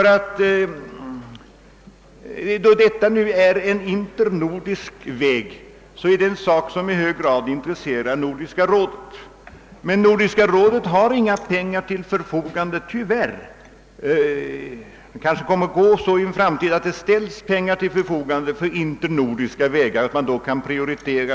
Den i motionsparet föreslagna vägen är en internordisk väg och intresserar alltså i hög grad Nordiska rådet, men Nordiska rådet har tyvärr inga pengar till förfogande. I en framtid kommer måhända medel att ställas till förfogande för internordiska vägar, så att olika projekt kan prioriteras.